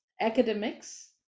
academics